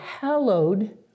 hallowed